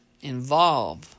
involve